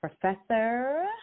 Professor